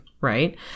right